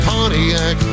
Pontiac